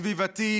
סביבתי,